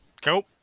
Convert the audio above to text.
go